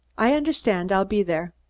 i understand i'll be there.